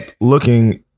looking